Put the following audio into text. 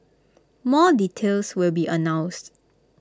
more details will be announced